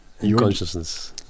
consciousness